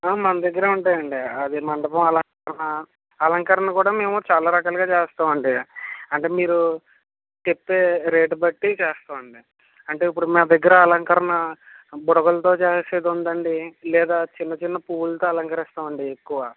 మనదగ్గరే ఉంటాయండి అది మండపం అలంకరణ అలంకరణ కూడా మేము చాలా రకాలుగా చేస్తామండి అంటే మీరు చెప్పే రేటు బట్టి చేస్తామండి అంటే ఇప్పుడు మా దగ్గర అలంకరణ ఆ బుడగలతో చేసేదుందండి లేదా చిన్న చిన్న పువ్వులతో అలంకరిస్తామండి ఎక్కువ